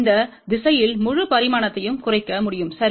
இந்த திசையில் முழு பரிமாணத்தையும் குறைக்க முடியும் சரி